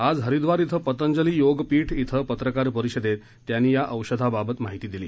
आज हरिद्वार क्रि पतंजली योग पीठ िंग पत्रकार परिषदेत त्यांनी या औषधांबाबत माहिती दिली